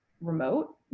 remote